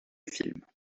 films